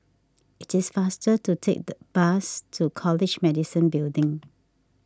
it is faster to take the bus to College Medicine Building